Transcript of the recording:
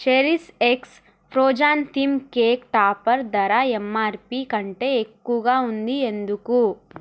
cherries eggs Frozen theme cake topper ధర MRP కంటే ఎక్కువగా ఉంది ఎందుకు